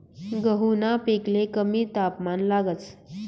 गहूना पिकले कमी तापमान लागस